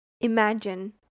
Imagine